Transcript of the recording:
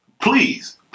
Please